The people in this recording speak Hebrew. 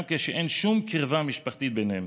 גם כשאין שום קרבה משפחתית ביניהם.